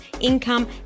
income